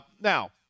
now